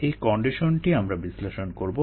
এই কন্ডিশনটিই আমরা বিশ্লেষণ করবো